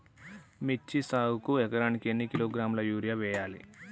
మిర్చి సాగుకు ఎకరానికి ఎన్ని కిలోగ్రాముల యూరియా వేయాలి?